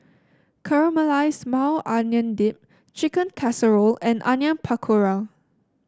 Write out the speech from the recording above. Caramelized Maui Onion Dip Chicken Casserole and Onion Pakora